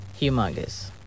humongous